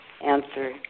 answer